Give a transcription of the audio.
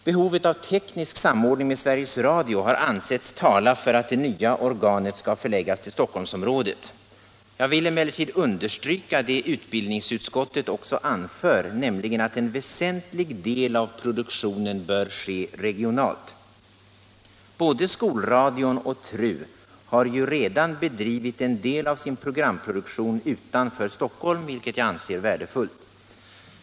Behovet av teknisk samordning med Sveriges Radio har ansetts tala för att det nya organet skall förläggas till Stockholmsområdet. Jag vill emellertid understryka vad utbildningsutskottet också anför, nämligen att en väsentlig del av produktionen bör ske regionalt. Både skolradion och TRU har ju redan bedrivit en del av sin programproduktion utanför Stockholm, vilket jag anser vara värdefullt.